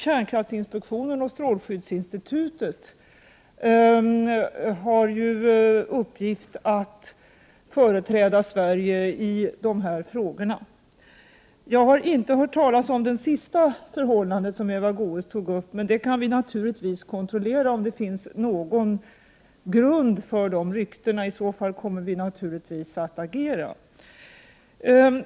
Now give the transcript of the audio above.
Kärnkraftsinspektionen och strålskyddsinstitutet har ju i uppgift att företräda Sverige när det gäller dessa frågor. Jag har inte hört talas om det förhållande som Eva Goéäs tog upp. Men vi kan ju kontrollera om det finns någon grund för dessa rykten. I så fall kommer vi naturligtvis att agera.